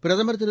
பிரதமர் திரு